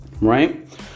right